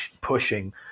pushing